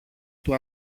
του